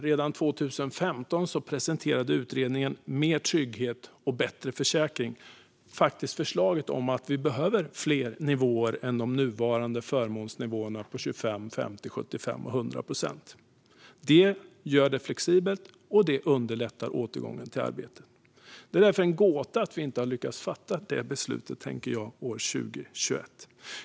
Redan 2015 presenterades i utredningen Mer trygghet och bättre försäkring förslag om att vi behöver fler nivåer än de nuvarande förmånsnivåerna på 25, 50, 75 och 100 procent. Det blir då mer flexibelt och underlättar återgång i arbete. Det är därför en gåta att vi ännu inte år 2021 har lyckats fatta detta beslut.